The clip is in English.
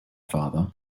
father